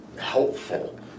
helpful